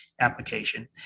application